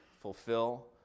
fulfill